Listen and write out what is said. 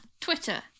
Twitter